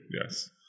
Yes